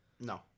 No